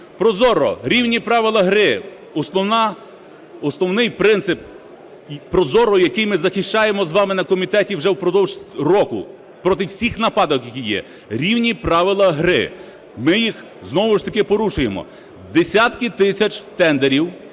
ProZorro, рівні правила гри, основний принцип ProZorro, який ми захищаємо з вами на комітеті вже впродовж року, проти всіх нападок, які є, рівні правила гри, ми їх знову ж таки порушуємо. Десятки тисяч тендерів,